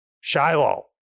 Shiloh